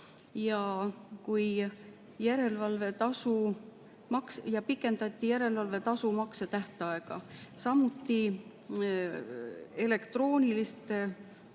Pikendati järelevalvetasu maksetähtaega, samuti elektroonilist